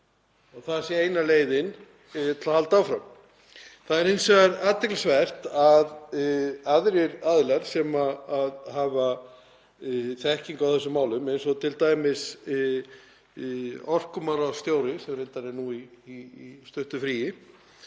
að það sé eina leiðin til að halda áfram. Það er hins vegar athyglisvert að aðrir aðilar sem hafa þekkingu á þessum málum eins og t.d. orkumálastjóri, sem er reyndar í stuttu fríi,